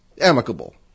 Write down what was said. amicable